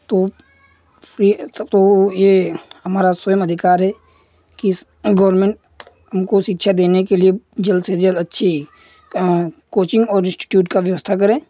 तो फ्री तब तो ये हमारा स्वयं अधिकार है किस गोर्मेंट हमको शिक्षा देने के लिए जल्द से जल्द अच्छी कोचिंग और इंस्टिट्यूट का व्यवस्था करें